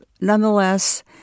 nonetheless